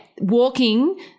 walking